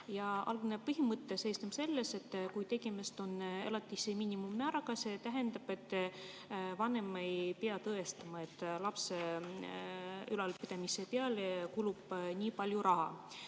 Algne põhimõte seisneb selles, et kui tegemist on elatise puhul miinimummääraga, siis see tähendab, et vanem ei pea tõestama, et lapse ülalpidamise peale kulub nii palju raha.